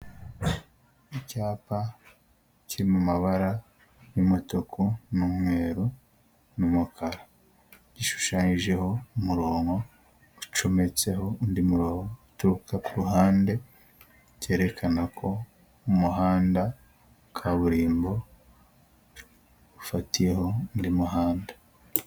Icyapa kiri mu mabara y'umutuku n'umweru n'umukara, gishushanyijeho umurongo ucometseho undi murongo uturuka ku ruhande, cyerekana ko umuhanda wa kaburimbo ufatiyeho undi muhanda.